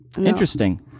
Interesting